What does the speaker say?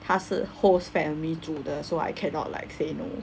他是 host family 煮的 so I cannot like say no